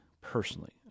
personally